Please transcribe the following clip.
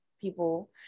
people